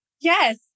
Yes